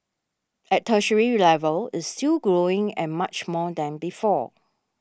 at tertiary level it's still growing and much more than before